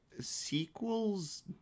sequels